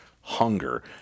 hunger